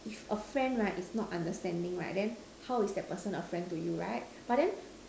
if a friend right is not understanding right then how is that person a friend to you right but then